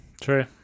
True